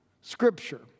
Scripture